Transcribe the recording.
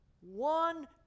one